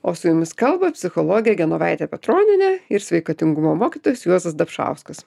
o su jumis kalba psichologė genovaitė petronienė ir sveikatingumo mokytojas juozas dapšauskas